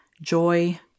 Joy